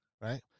Right